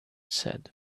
said